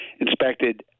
inspected